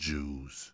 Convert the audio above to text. Jews